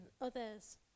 others